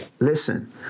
Listen